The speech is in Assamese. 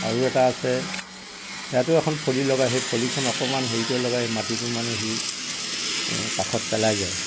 আৰু এটা আছে সেয়াতো এখন ফলি লগায় সেই ফলিখন অকণমান হেৰি কৰি লগায় মাটিটো মানে সি কাষত পেলাই যায়